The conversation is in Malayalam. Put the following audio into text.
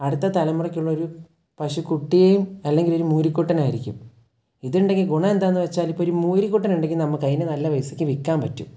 അടുത്ത തലമുറയ്ക്കുള്ളൊരു പശുക്കുട്ടിയേയും അല്ലെങ്കിലൊരു മൂരിക്കുട്ടനായിരിക്കും ഇതുണ്ടെങ്കിൽ ഗുണമെന്താണെന്നു വെച്ചാലിപ്പോഴൊരു മൂരിക്കുട്ടനുണ്ടെങ്കിൽ നമുക്കതിനെ നല്ല പൈസയ്ക്ക് വിൽക്കാൻ പറ്റും